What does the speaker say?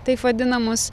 taip vadinamus